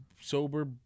sober